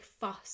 fuss